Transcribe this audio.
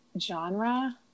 genre